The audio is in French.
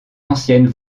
ancienne